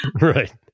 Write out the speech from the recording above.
Right